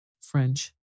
French